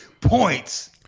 points